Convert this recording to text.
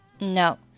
No